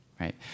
right